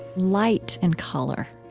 light and color.